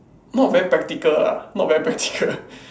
not very practical ah not very practical